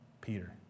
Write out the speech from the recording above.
Peter